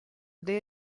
dei